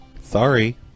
Sorry